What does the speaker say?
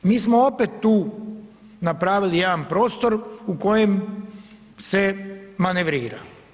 Mi smo opet tu napravili jedan prostor u kojem se manevrira.